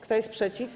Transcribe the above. Kto jest przeciw?